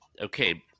Okay